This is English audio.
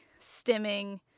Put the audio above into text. stimming